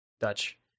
Dutch